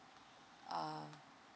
uh